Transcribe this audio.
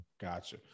Gotcha